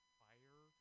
fire